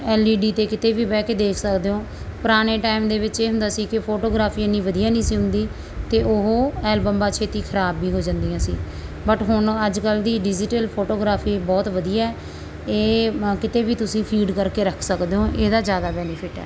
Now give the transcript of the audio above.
L E D 'ਤੇ ਕਿਤੇ ਵੀ ਬਹਿ ਕੇ ਦੇਖ ਸਕਦੇ ਹੋ ਪੁਰਾਣੇ ਟਾਈਮ ਦੇ ਵਿੱਚ ਇਹ ਹੁੰਦਾ ਸੀ ਕਿ ਫੋਟੋਗ੍ਰਾਫੀ ਇੰਨੀ ਵਧੀਆ ਨਹੀਂ ਸੀ ਹੁੰਦੀ ਅਤੇ ਉਹ ਐਲਬਮਾਂ ਛੇਤੀ ਖਰਾਬ ਵੀ ਹੋ ਜਾਂਦੀਆਂ ਸੀ ਬਟ ਹੁਣ ਅੱਜ ਕੱਲ੍ਹ ਦੀ ਡਿਜ਼ੀਟਲ ਫੋਟੋਗ੍ਰਾਫੀ ਬਹੁਤ ਵਧੀਆ ਇਹ ਕਿਤੇ ਵੀ ਤੁਸੀਂ ਫੀਡ ਕਰਕੇ ਰੱਖ ਸਕਦੇ ਹੋ ਇਹਦਾ ਜ਼ਿਆਦਾ ਬੈਨੀਫਿਟ ਹੈ